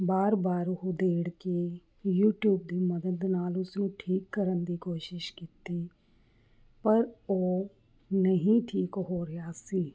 ਵਾਰ ਵਾਰ ਉਧੇੜ ਕੇ ਯੂਟੀਊਬ ਦੀ ਮਦਦ ਨਾਲ ਉਸਨੂੰ ਠੀਕ ਕਰਨ ਦੀ ਕੋਸ਼ਿਸ਼ ਕੀਤੀ ਪਰ ਉਹ ਨਹੀਂ ਠੀਕ ਹੋ ਰਿਹਾ ਸੀ